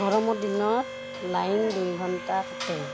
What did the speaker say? গৰমৰ দিনত লাইন দুই ঘণ্টা কাটে